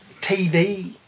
TV